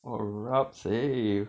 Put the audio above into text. oh rabs eh